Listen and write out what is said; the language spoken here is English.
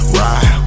ride